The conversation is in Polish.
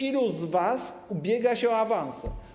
Ilu z was ubiega się o awanse?